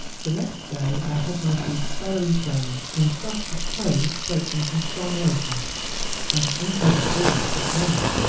the next day i had my feet thoroughly cleansed and stuffed with tow soaked in some strong lotion and an unpleasant business it was.